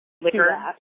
liquor